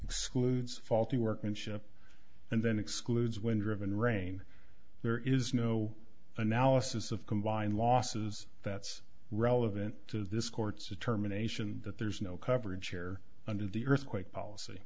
excludes faulty workmanship and then excludes wind driven rain there is no analysis of combined losses that's relevant to this court's determination that there's no coverage here under the earthquake policy